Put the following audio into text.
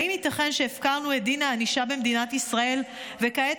האם ייתכן שהפקרנו את דין הענישה במדינת ישראל וכעת